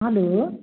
hello